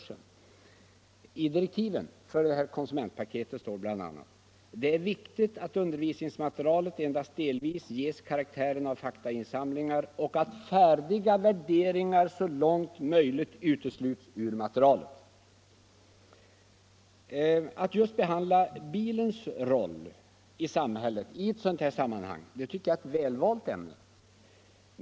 I I direktiven står bl.a.: ”Det är viktigt att undervisningsmaterialet en — Om innehållet i visst dast delvis ges karaktären av faktainsamlingar och att färdiga värderingar — konsumentupplysså långt möjligt uteslutes ur materialet.” ningsprojekt Att behandla bilens roll i sam hället i ett sådant här sammanhang tycker jag är välvalt.